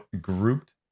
grouped